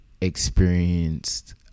experienced